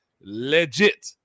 legit